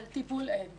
טיפול אין.